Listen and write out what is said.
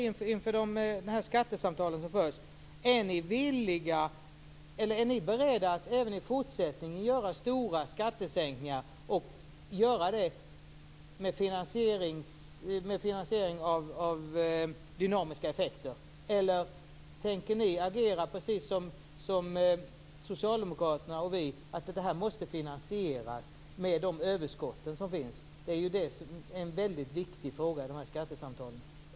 Inför skattesamtalen är det intressant att veta om ni är beredda att även i fortsättningen göra stora skattesänkningar och finansiera dem med dynamiska effekter. Eller tänker ni agera precis som socialdemokraterna och vi som säger att det här måste finansieras med de överskott som finns? Det är en viktig fråga i dessa skattesamtal.